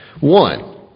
One